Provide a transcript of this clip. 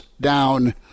down